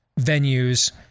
venues